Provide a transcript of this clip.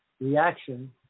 reaction